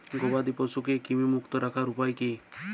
গবাদি পশুকে কৃমিমুক্ত রাখার উপায় কী?